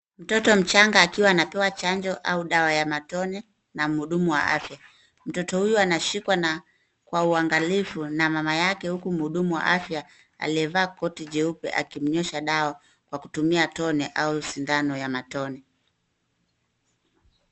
Mtoto mchanga akiwa anapewa chanjo au dawa ya matone na mhudumu wa afya. Mtoto huyo anashikwa kwa uangalifu na mama yake, huku mhudumu wa afya aliyevaa koti jeupe akimnywesha dawa kwa kutumia tone au sindano ya matone.